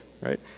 right